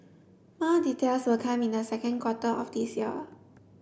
more details will come in the second quarter of this year